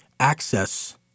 Access